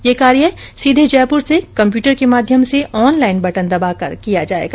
ये कार्य सीधे जयपुर से कम्प्यूटर के माध्यम से ऑनलाईन बटन दबाकर किया जाएगा